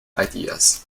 ideas